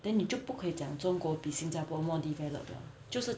then 你就不可以讲中国比新加坡 more developed liao 就是